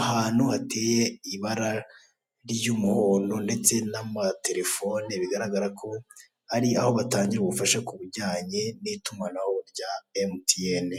ahantu hateye ibara ry'umuhondo ndetse n'amatelefoni, bigaragara ko ari aho batangira ubufasha ku bijyanye n'itumanaho rya Emutiyeni.